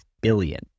billion